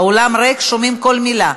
האולם ריק ושומעים כל מילה.